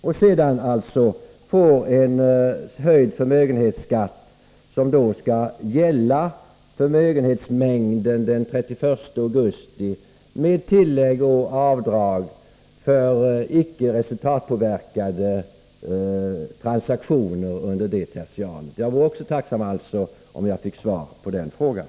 Företagarna får alltså en höjning av förmögenhetsskatten som skall gälla förmögenhetens storlek den 31 augusti med tillägg och avdrag för icke resultatpåverkade transaktioner under detta tertial. Jag vore tacksam om jag också kunde få ett svar på den frågan.